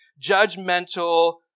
judgmental